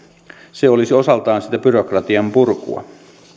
se olisi osaltaan sitä byrokratianpurkua